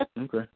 Okay